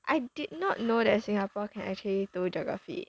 I did not know that Singapore can actually do geography